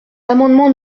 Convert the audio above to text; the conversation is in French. amendement